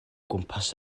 gwmpas